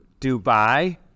Dubai